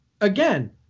again